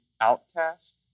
outcast